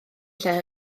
lle